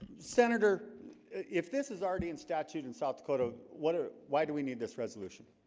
senator if this is already in statute in south dakota. what ah why do we need this resolution?